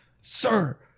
sir